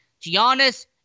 Giannis